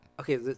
Okay